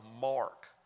Mark